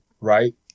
right